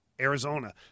Arizona